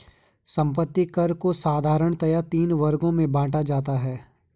संपत्ति कर को साधारणतया तीन वर्गों में बांटा जाता है